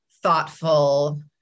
thoughtful